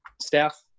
staff